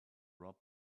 rub